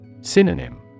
Synonym